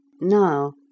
now